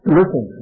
listen